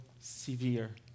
severe